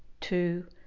two